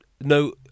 no